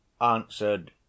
answered